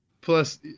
Plus